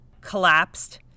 collapsed